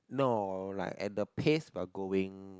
no like at the pace we're going